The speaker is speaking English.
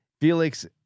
Felix